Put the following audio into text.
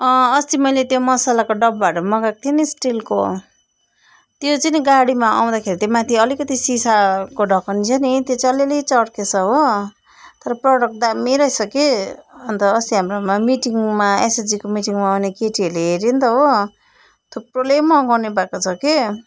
अस्ति मैले त्यो मसलाको डब्बाहरू मगाएको थिएँ नि स्टिलको त्यो चाहिँ नि गाडीमा आउँदाखेरि त्यो माथि अलिकति सिसाको ढकनी थियो नि त्यो चाहिँ अलि अलि चर्केको छ हो तर प्रडक्ट दामी रहेछ कि अन्त अस्ति हाम्रोमा मिटिङमा एसएचजिको मिटिङमा आउने केटीहरूले हेर्यो अन्त हो थुप्रोले मगाउने भएको छ कि